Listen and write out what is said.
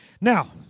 Now